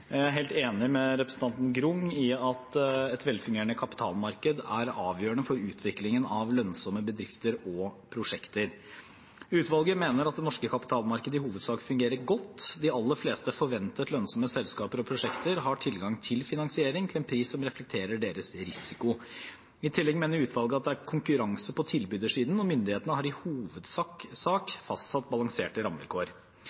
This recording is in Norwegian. Jeg er helt enig med representanten Grung i at et velfungerende kapitalmarked er avgjørende for utviklingen av lønnsomme bedrifter og prosjekter. Utvalget mener at det norske kapitalmarkedet i hovedsak fungerer godt. De aller fleste forventet lønnsomme selskaper og prosjekter har tilgang til finansiering til en pris som reflekterer deres risiko. I tillegg mener utvalget at det er konkurranse på tilbydersiden, og myndighetene har i hovedsak